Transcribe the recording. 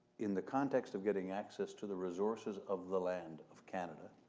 in the context of getting access to the resources of the land of canada,